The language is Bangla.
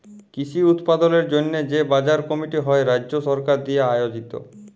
কৃষি উৎপাদলের জন্হে যে বাজার কমিটি হ্যয় রাজ্য সরকার দিয়া আয়জিত